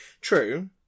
True